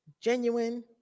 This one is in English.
genuine